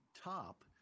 top –